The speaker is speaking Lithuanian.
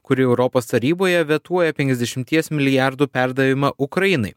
kuri europos taryboje vetuoja penkiasdešimties milijardų perdavimą ukrainai